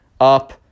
up